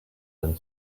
than